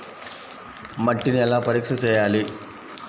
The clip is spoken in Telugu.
మట్టిని ఎలా పరీక్ష చేయాలి?